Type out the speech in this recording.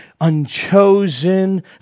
unchosen